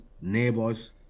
neighbors